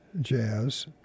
Jazz